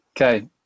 Okay